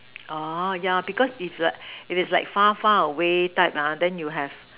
orh yeah because its like it is like far far away type ah then you have